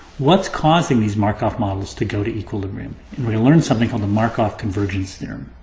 what's causing these markov models to go to equilibrium? and we're gonna learn something called the markov convergence theorem.